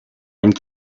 and